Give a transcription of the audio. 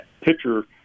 pitcher